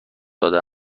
داده